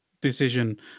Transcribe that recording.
decision